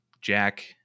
Jack